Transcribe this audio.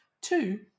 Two